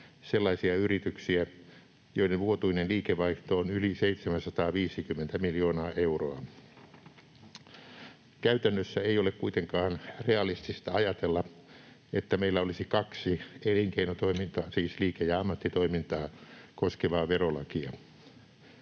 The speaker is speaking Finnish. sellaisia yrityksiä, joiden vuotuinen liikevaihto on yli 750 miljoonaa euroa. Käytännössä ei ole kuitenkaan realistista ajatella, että meillä olisi kaksi elinkeinotoimintaa — siis liike- ja ammattitoimintaa — koskevaa verolakia.